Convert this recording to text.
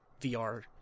VR